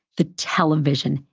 the television,